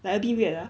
like a bit weird ah